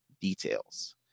details